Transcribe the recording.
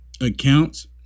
accounts